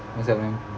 what's that man